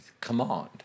command